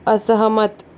असहमत